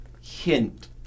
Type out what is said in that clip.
hint